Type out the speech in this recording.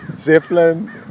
Zeppelin